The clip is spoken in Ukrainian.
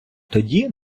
тоді